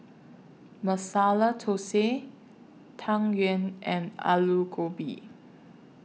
Masala Thosai Tang Yuen and Aloo Gobi